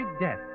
death